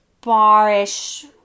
bar-ish